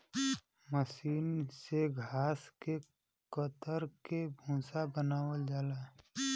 मसीन से घास के कतर के भूसा बनावल जाला